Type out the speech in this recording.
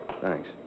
Thanks